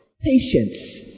Patience